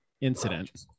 incident